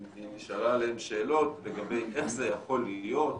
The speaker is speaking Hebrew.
שאלה עליהם שאלות לגבי איך זה יכול להיות.